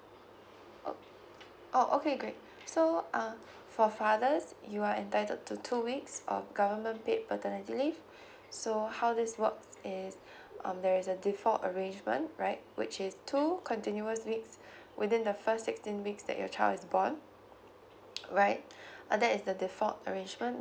oh oh okay great so uh for fathers you are entitled to two weeks of government paid paternity leave so how this works is um there is a default arrangement right which is two continuous weeks within the first sixteen weeks that your child is born right uh that is the default arrangement